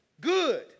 good